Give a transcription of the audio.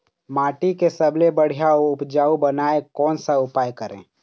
माटी के सबसे बढ़िया उपजाऊ बनाए कोन सा उपाय करें?